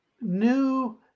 new